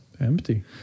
Empty